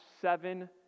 seven